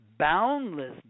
boundless